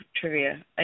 trivia